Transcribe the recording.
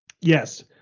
Yes